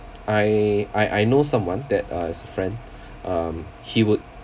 I I I know someone that uh as a friend um he would